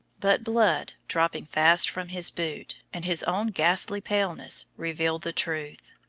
but blood dropping fast from his boot, and his own ghastly paleness, revealed the truth.